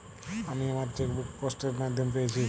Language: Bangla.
আমি আমার চেকবুক পোস্ট এর মাধ্যমে পেয়েছি